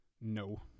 no